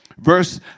verse